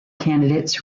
candidates